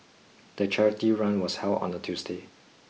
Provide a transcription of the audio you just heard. the charity run was held on a Tuesday